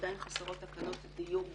עדיין חסרות תקנות דיור בקהילה,